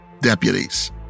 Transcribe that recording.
deputies